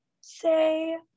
say